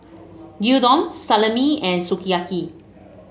Gyudon Salami and Sukiyaki